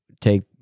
take